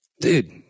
dude